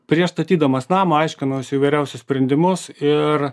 prieš statydamas namą aiškinausi įvairiausius sprendimus ir